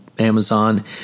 Amazon